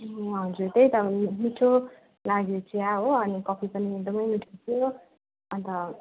ए हजुर त्यही त मिठो लाग्यो चिया हो अनि कफी पनि एकदमै मिठो थियो अन्त